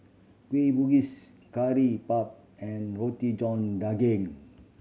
Kueh Bugis Curry Puff and Roti John Daging